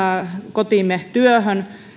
kotiimme työhön